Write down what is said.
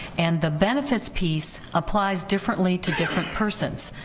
and the benefits piece applies differently to different persons,